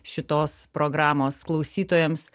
šitos programos klausytojams